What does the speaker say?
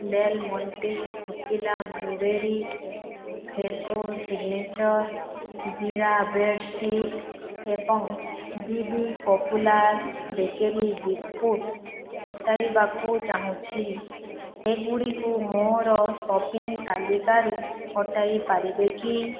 ମୁଁ ଡେଲମଣ୍ଟେ ଶୁଖିଲା blueberry Fresho signature jeera bread sticks ଏବଂ B B popular bakery biscuit ହଟାଇବାକୁ ଚାହୁଁଛି ସେଗୁଡ଼ିକୁ ମୋର ସପିଂ ତାଲିକାରୁ ହଟାଇ ପାରିବେ କି